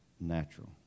natural